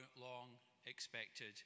Long-Expected